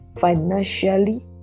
Financially